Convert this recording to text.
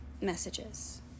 messages